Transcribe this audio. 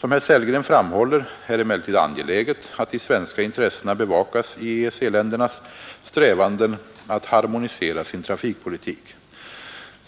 Som herr Sellgren framhåller är det emellertid angeläget att de svenska intressena bevakas i EEC-ländernas strävanden att harmonisera sin trafikpolitik.